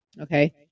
Okay